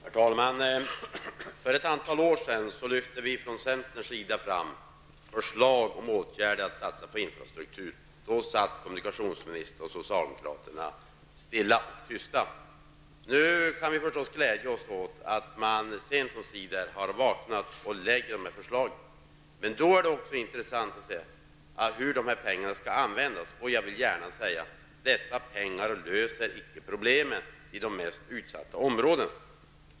Herr talman! För ett antal år sedan lade vi i centern fram förslag om åtgärder som innebar en satsning på infrastrukturen. Då satt kommunikationsministern och socialdemokraterna tysta. Nu kan vi förstås glädja oss åt att man sent omsider har vaknat och lägger fram de här förslagen. Men då är det intressant att se hur pengarna skall användas. Jag vill gärna säga: Dessa pengar löser icke problemen i de mest utsatta områdena.